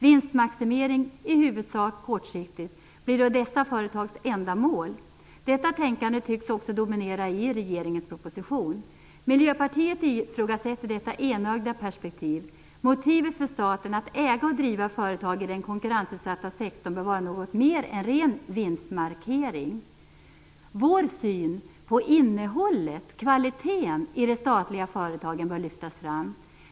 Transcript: Vinstmaximering - i huvudsak kortsiktig - blir då dessa företags enda mål. Detta tänkande tycks också dominera i regeringens proposition. Miljöpartiet ifrågasätter detta enögda perspektiv. Motivet för staten att äga och driva företag i den konkurrensutsatta sektorn bör vara något mer än ren vinstmarkering. Vår syn på innehållet, kvaliteten, i de statliga företagen bör lyftas fram.